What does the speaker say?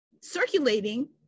circulating